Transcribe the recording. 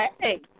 Hey